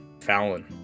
Fallon